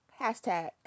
hashtag